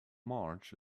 march